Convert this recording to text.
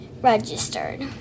registered